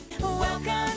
welcome